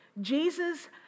Jesus